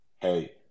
Hey